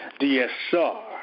DSR